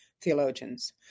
theologians